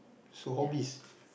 so hobbies